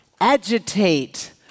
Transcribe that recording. agitate